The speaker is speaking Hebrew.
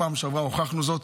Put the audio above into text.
בפעם שעברה הוכחנו זאת.